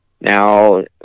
Now